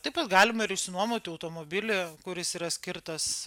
taip pat galima ir išsinuomoti automobilį kuris yra skirtas